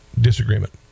disagreement